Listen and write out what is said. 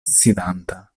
sidanta